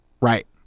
right